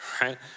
right